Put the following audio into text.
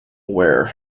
wear